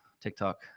TikTok